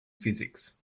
physics